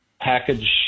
package